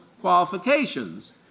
qualifications